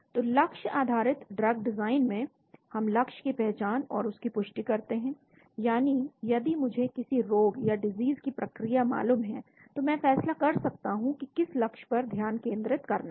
तो लक्ष्य आधारित ड्रग डिजाइन में हम लक्ष्य की पहचान और उसकी पुष्टि करते हैं यानी यदि मुझे किसी रोग या डिजीज की प्रक्रिया मालूम है तो मैं फैसला कर सकता हूं कि किस लक्ष्य पर ध्यान केंद्रित करना है